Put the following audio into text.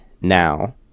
now